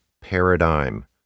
paradigm